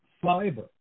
fiber